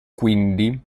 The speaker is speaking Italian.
quindi